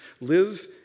live